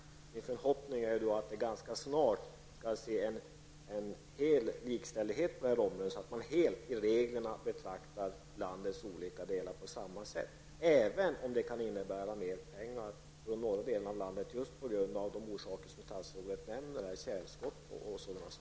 Min förhoppning är att vi ganska snart kan se en fullständig likställighet mellan olika områden, så att man i reglerna betraktar landets olika delar på samma sätt, även om det kan innebära mer pengar för den norra delen av landet av orsaker som statsrådet nämnde, tjälskott och liknande.